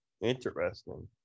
Interesting